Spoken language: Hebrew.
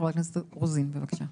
חברת הכנסת רוזין, בבקשה.